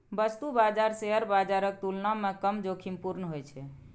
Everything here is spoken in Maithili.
वस्तु बाजार शेयर बाजारक तुलना मे कम जोखिमपूर्ण होइ छै